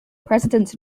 president